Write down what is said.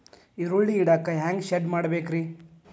ಈರುಳ್ಳಿ ಇಡಾಕ ಹ್ಯಾಂಗ ಶೆಡ್ ಮಾಡಬೇಕ್ರೇ?